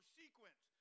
sequence